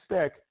stick